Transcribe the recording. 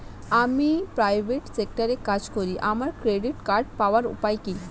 আমি প্রাইভেট সেক্টরে কাজ করি আমার ক্রেডিট কার্ড পাওয়ার উপায় কি?